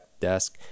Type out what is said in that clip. desk